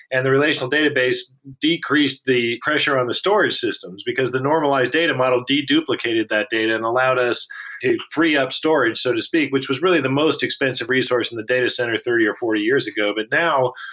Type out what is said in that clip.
and the relational database decreased the pressure on the storage systems, because the normalized data model de-duplicated that data and allowed us to free up storage, so to speak, which was really the most expensive resource in the data center three or four years ago. but now,